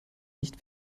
nicht